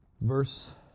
Verse